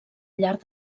llarg